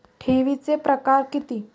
ठेवीचे प्रकार किती?